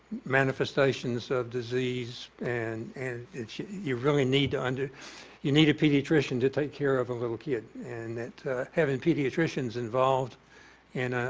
manifestations of disease and and you really need to under you need a pediatrician to take care of a little kid and that having pediatricians involved in ah